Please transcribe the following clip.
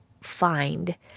find